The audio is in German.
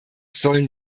sollen